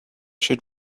should